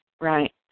Right